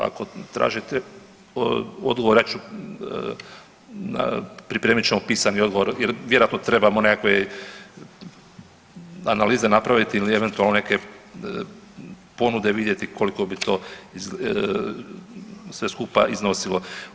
Ako tražite odgovor ja ću, pripremit ćemo pisani odgovor jer vjerojatno trebamo nekakve analize napraviti ili eventualno neke ponude vidjeti koliko bi to sve skupa iznosilo.